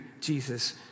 Jesus